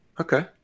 Okay